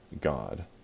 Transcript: God